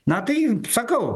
na tai sakau